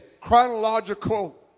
chronological